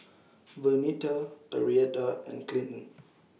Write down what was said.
Vernita Arietta and Clinton